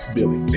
Billy